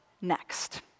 next